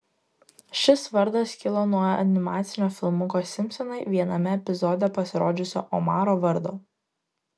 šis vardas kilo nuo animacinio filmuko simpsonai viename epizode pasirodžiusio omaro vardo